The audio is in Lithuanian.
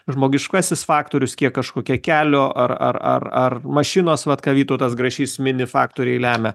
žmogiškasis faktorius kiek kažkokia kelio ar ar ar ar mašinos vat ką vytautas grašys mini faktoriai lemia